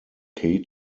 katie